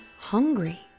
hungry